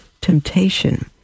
temptation